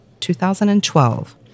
2012